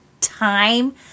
time